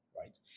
right